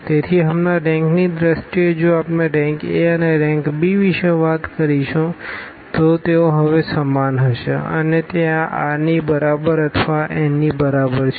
તેથી હમણાં રેંકની દ્રષ્ટિએ જો આપણે RankA અને Rankb વિશે વાત કરીશું તો તેઓ હવે સમાન હશે અને તે આ r ની બરાબર અથવા આ n ની બરાબર છે